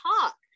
talk